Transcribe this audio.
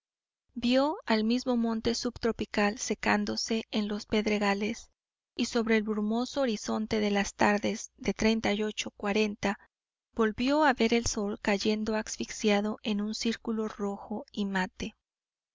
vió al mismo monte subtropical secándose en los pedregales y sobre el brumoso horizonte de las tardes de volvió a ver el sol cayendo asfixiado en un círculo rojo y mate